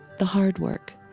the hard work,